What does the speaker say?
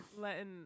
letting